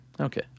Okay